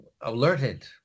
alerted